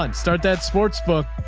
and start that sports book,